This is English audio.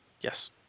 Yes